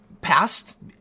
past